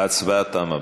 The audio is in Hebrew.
ההצבעה תמה.